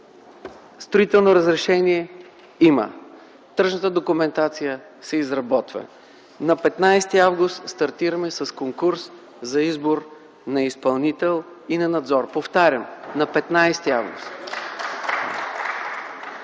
Строително разрешение има. Тръжната документация се изработва. На 15 август стартираме с конкурс за избор на изпълнител и на надзор. Повтарям, на 15 август.